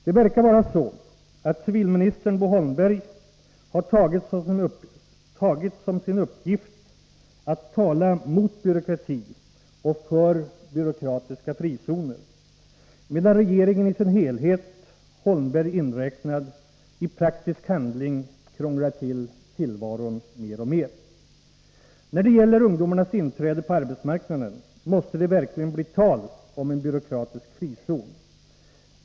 Det verkar vara så att civilminister Bo Holmberg har tagit som sin uppgift att tala mot byråkrati och för byråkratiska frizoner — medan regeringen i sin helhet, Holmberg inräknad, i praktisk handling krånglar till tillvaron mer och mer. När det gäller ungdomarnas inträde på arbetsmarknaden måste det verkligen bli tal om en byråkratisk frizon.